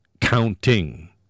counting